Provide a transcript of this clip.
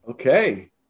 Okay